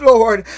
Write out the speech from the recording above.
Lord